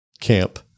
camp